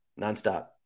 nonstop